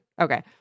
Okay